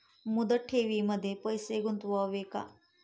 मुदत ठेवींमध्ये पैसे गुंतवावे का?